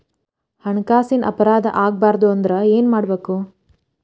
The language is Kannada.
ಹಣ್ಕಾಸಿನ್ ಅಪರಾಧಾ ಆಗ್ಬಾರ್ದು ಅಂದ್ರ ಏನ್ ಮಾಡ್ಬಕು?